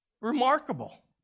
Remarkable